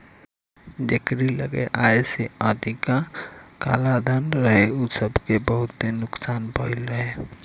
जेकरी लगे आय से अधिका कालाधन रहे उ सबके बहुते नुकसान भयल रहे